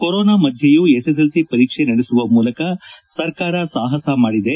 corona ಮಧ್ಯೆಯೂ SSLC ಪರೀಕ್ಷೆ ನಡೆಸುವ ಮೂಲಕ ಸರ್ಕಾರ ಸಾಪಸ ಮಾಡಿದೆ